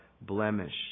blemish